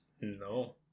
No